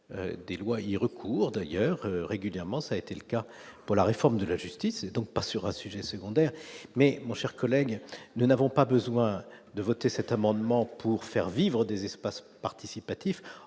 des lois recourent d'ailleurs régulièrement, ça a été le cas pour la réforme de la justice et donc pas sur un sujet secondaire mais mon cher collègue, nous n'avons pas besoin de voter cet amendement pour faire vivre des espaces participatifs,